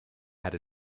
had